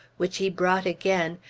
which he brought again,